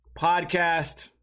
podcast